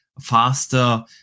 faster